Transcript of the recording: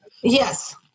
Yes